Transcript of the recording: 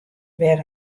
wer